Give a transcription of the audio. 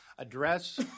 address